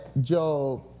Job